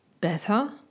better